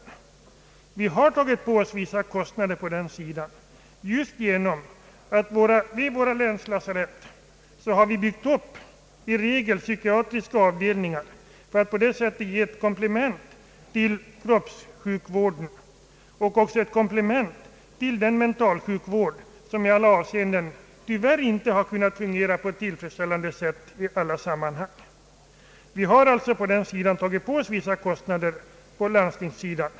Vi har på landstingssidan tagit på oss vissa kostnader för mentalsjukvården så till vida att vi i stor utsträckning inrättat psykiatriska avdelningar vid länslasaretten för att på det sättet skapa ett komplement till kroppssjukvården och till den mentalsjukvård som tyvärr inte har kunnat fungera tillfredsställande i alla avseenden. Vi har alltså på landstingssidan tagit på oss vissa kostnader för mentalsjukvården.